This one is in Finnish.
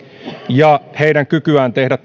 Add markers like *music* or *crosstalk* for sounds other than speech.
ja heidän kykyään tehdä *unintelligible*